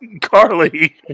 Carly